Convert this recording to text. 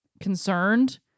concerned